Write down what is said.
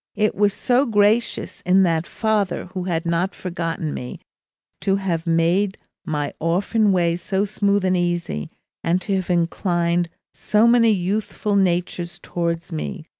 it was so gracious in that father who had not forgotten me to have made my orphan way so smooth and easy and to have inclined so many youthful natures towards me,